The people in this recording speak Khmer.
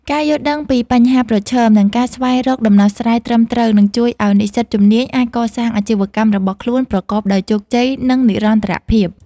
ការយល់ដឹងពីបញ្ហាប្រឈម និងការស្វែងរកដំណោះស្រាយត្រឹមត្រូវនឹងជួយឱ្យនិស្សិតជំនាញអាចកសាងអាជីវកម្មរបស់ខ្លួនប្រកបដោយជោគជ័យ និងនិរន្តរភាព។